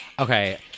Okay